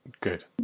Good